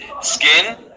skin